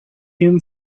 him